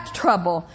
trouble